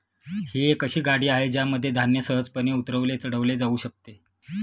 ही एक अशी गाडी आहे ज्यामध्ये धान्य सहजपणे उतरवले चढवले जाऊ शकते